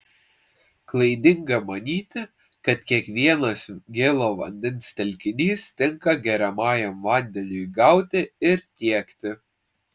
klaidinga manyti kad kiekvienas gėlo vandens telkinys tinka geriamajam vandeniui gauti ir tiekti